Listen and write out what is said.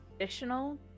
Additional